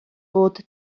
bod